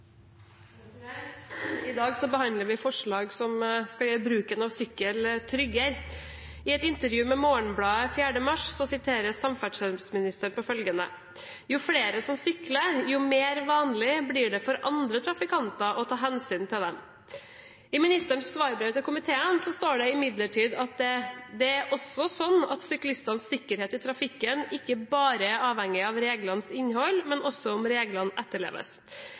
dag behandler vi forslag som skal gjøre bruken av sykkel tryggere. I et intervju med Morgenbladet den 4. mars siteres samferdselsministeren på følgende: «Jo flere som sykler, jo mer vanlig blir det for andre trafikanter å ta hensyn til dem.» I ministerens svarbrev til komiteen står det imidlertid: «Det er også slik at syklistenes sikkerhet i trafikken ikke bare er avhengig av reglenes innhold, men også av om reglene etterleves.»